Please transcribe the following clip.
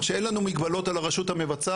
כלומר כשאין לנו מגבלות על הרשות המבצעת,